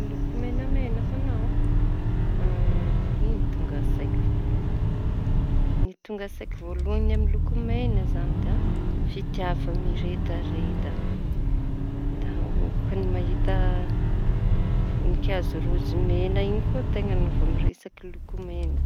Ny loko mena mena ho añao an ino tonga an-tsaiko voaloha. Ny tonga ao an-tsaiko voalohany amy loko mena izañy da fitiava miredareda da ôkany mahita voninkazo raozy mena iñy koa teña no va miresaky loko mena.